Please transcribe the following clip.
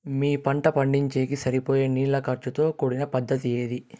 మీ పంట పండించేకి సరిపోయే నీళ్ల ఖర్చు తో కూడిన పద్ధతి ఏది?